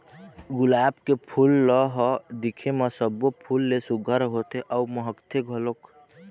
गुलाब के फूल ल ह दिखे म सब्बो फूल ले सुग्घर होथे अउ महकथे घलोक